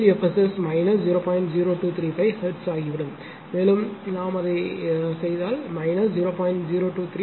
0235 hertz ஆகிவிடும் மேலும் நாம் அதை மேலும் செய்தால் மைனஸ் 0